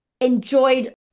enjoyed